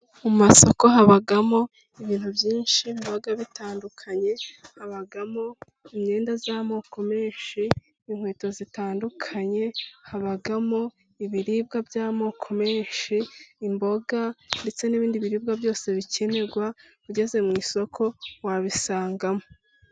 Mu masoko habamo ibintu byinshi biba bitandukanye habamo imyenda y'amoko menshi, inkweto zitandukanye habamo ibiribwa by'amoko menshi, imboga ndetse n'ibindi biribwa byose bikenerwa ugeze mu isoko wabisangamo.